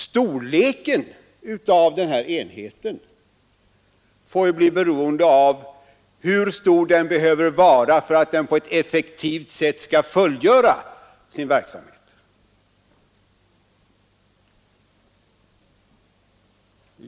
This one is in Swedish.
Storleken av enheten får bli beroende av hur stor den behöver vara för att på ett effektivt sätt bedriva sin verksamhet.